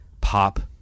pop